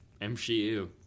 MCU